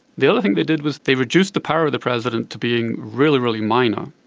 the other thing they did was they reduced the power of the president to being really, really minor,